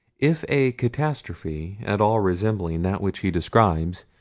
if a catastrophe, at all resembling that which he describes,